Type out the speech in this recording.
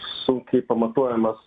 sunkiai pamatuojamas